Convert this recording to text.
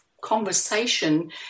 conversation